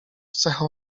cechą